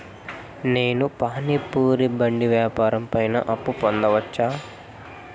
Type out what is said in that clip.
నేను పానీ పూరి బండి వ్యాపారం పైన అప్పు పొందవచ్చా?